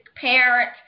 parent